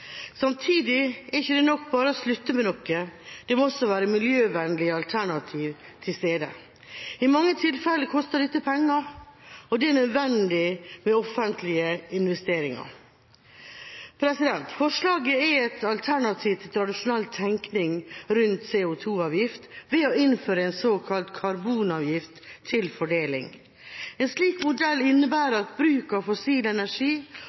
Samtidig er det ikke nok bare å slutte med noe, det må også være miljøvennlige alternativer til stede. I mange tilfeller koster dette penger, og det er nødvendig med offentlige investeringer. Forslaget er et alternativ til tradisjonell tenkning rundt CO 2 -avgift ved å innføre en såkalt karbonavgift til fordeling. En slik modell innebærer at bruk av fossil energi